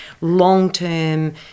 long-term